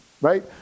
right